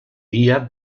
día